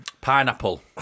Pineapple